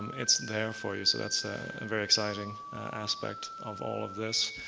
it's there for you. so that's a very exciting aspect of all of this.